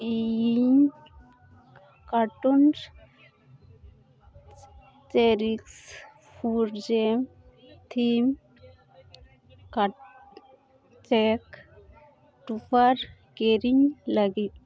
ᱤᱧ ᱠᱟᱨᱴᱩᱱᱥ ᱪᱮᱨᱤᱠᱥ ᱯᱩᱨᱡᱮᱱ ᱛᱷᱤᱢ ᱪᱮᱠ ᱴᱚᱯᱟᱨ ᱠᱤᱨᱤᱧ ᱞᱟᱹᱜᱤᱫ